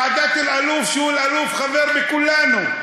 שהוא, אלאלוף, חבר בכולנו.